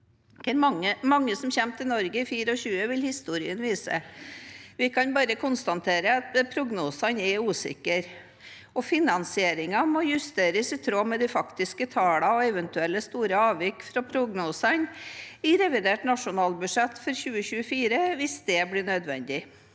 mange som kommer til Norge i 2024, vil historien vise. Vi kan bare konstatere at prognosene er usikre. Finansieringen må justeres i tråd med de faktiske tallene og eventuelle store avvik fra prognosene i revidert nasjonalbudsjett for 2024, hvis det blir nødvendig.